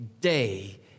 day